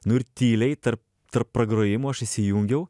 nu ir tyliai tarp tarp pragrojimų aš įsijungiau